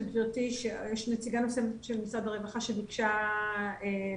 גבירתי שיש נציגה נוספת של משרד הרווחה שביקשה לדבר,